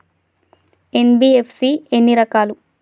NBFC ఎన్ని రకాలు?